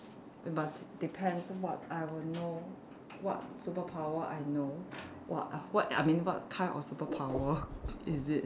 but depends what I will know what superpower I know what what I mean what kind of superpower is it